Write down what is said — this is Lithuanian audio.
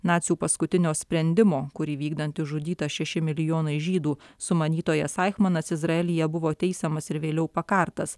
nacių paskutinio sprendimo kurį vykdant išžudyta šeši milijonai žydų sumanytojas aichmanas izraelyje buvo teisiamas ir vėliau pakartas